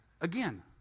Again